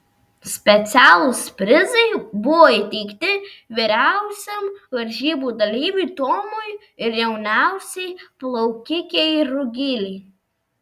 specialūs prizai buvo įteikti vyriausiam varžybų dalyviui tomui ir jauniausiai plaukikei rugilei